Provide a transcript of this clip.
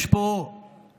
יש פה כנסת